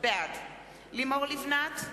בעד לימור לבנת,